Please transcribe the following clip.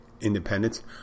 independence